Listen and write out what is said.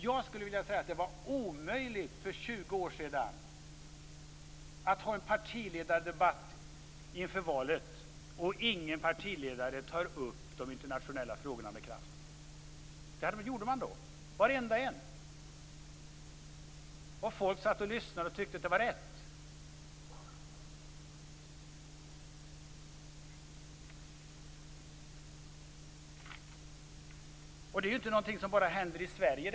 Jag skulle vilja säga att det för 20 år sedan var omöjligt att ha en partiledardebatt inför valet utan att någon partiledare med kraft tog upp de internationella frågorna. Det gjorde man då, varenda en. Folk lyssnade och tyckte att det var rätt. Detta är inte något som händer bara i Sverige.